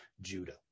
Judah